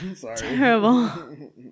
terrible